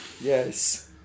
Yes